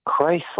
Chrysler